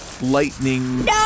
lightning